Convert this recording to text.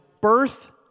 birth